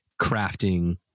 crafting